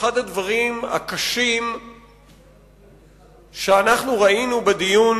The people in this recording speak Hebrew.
אחד הדברים הקשים שאנחנו ראינו בדיון